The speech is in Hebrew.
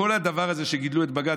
כל הדבר הזה שגידלו את בג"ץ,